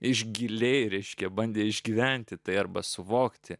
iš giliai reiškia bandė išgyventi tai arba suvokti